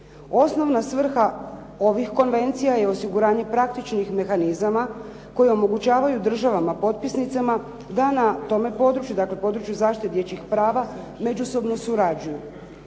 Osnovna svrha ovih konvencija je osiguranje praktičnih mehanizama koji omogućavaju državama potpisnicama da na tome području, dakle području zaštite dječjih prava međusobno surađuju.